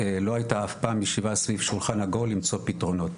לא הייתה אף פעם ישיבה סביב שולחן עגול למצוא פתרונות,